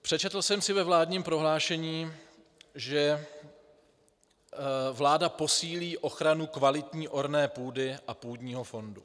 Přečetl jsem si ve vládním prohlášení, že vláda posílí ochranu kvalitní orné půdy a půdního fondu.